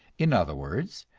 in other words,